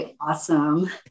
awesome